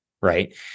Right